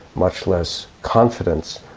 much less confidence,